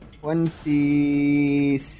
Twenty